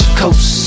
coast